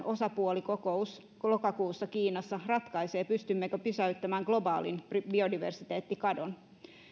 osapuolikokous lokakuussa kiinassa ratkaisee pystymmekö pysäyttämään globaalin biodiversiteettikadon